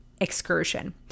excursion